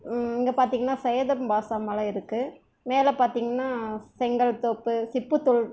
இங்கே பார்த்திங்னா சையதம் பாஷா மலை இருக்குது மேலே பார்த்திங்ன்னா சங்கல் தோப்பு சிப்பு தூல்